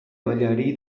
ballarí